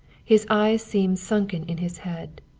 his eyes seemed sunken in his head.